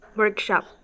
workshop